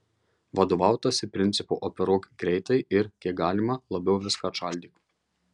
vadovautasi principu operuok greitai ir kiek galima labiau viską atšaldyk